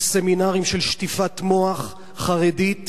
של סמינרים של שטיפת מוח חרדית